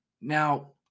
now